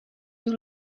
you